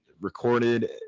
Recorded